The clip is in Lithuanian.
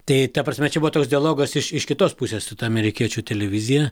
tai ta prasme čia buvo toks dialogas iš iš kitos pusės su ta amerikiečių televizija